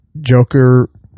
Joker